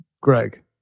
Greg